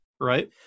Right